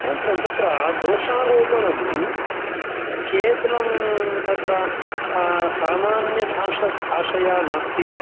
अनन्तरं तत्र दोषारोपणं केवलं तत्र सामान्य भाषा भाषया नास्ति